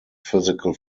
physical